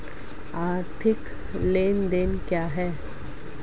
आर्थिक लेनदेन क्या है?